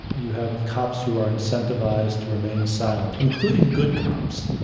you have cops who are incentivized to remain silent, including good cops,